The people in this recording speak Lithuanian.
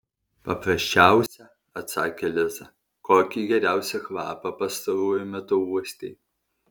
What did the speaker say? paprasčiausią atsakė liza kokį geriausią kvapą pastaruoju metu uostei